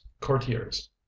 courtiers